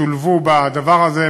שולבו בדבר הזה.